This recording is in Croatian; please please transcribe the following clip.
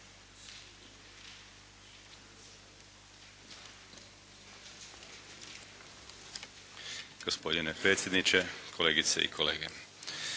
Gospodine predsjedniče, kolegice i kolege.